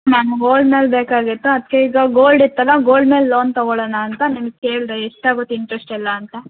ma'am gold ಮೇಲೆ ಬೇಕಾಗಿತ್ತು ಅದಕ್ಕೆ ಈಗ ಗೋಲ್ಡ್ ಇತ್ತಲ್ಲ ಗೋಲ್ಡ್ ಮೇಲೆ ಲೋನ್ ತೊಗೊಳೋಣ ಅಂತ ನಿಮ್ಗೆ ಕೇಳಿದೆ ಎಷ್ಟು ಆಗುತ್ತೆ ಇಂಟ್ರೆಸ್ಟ್ ಎಲ್ಲ ಅಂತ